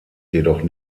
jedoch